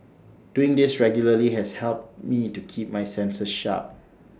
doing this regularly has helped me to keep my senses sharp